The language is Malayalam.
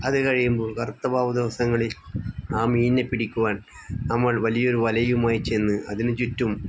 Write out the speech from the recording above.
അത് കഴിയുമ്പോൾ കറുത്ത വാവ് ദിവസങ്ങളിൽ ആ മീനിനെ പിടിക്കുവാൻ നമ്മൾ വലിയൊരു വലയുമായി ചെന്ന് അതിനു ചുറ്റും